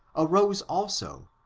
arose also,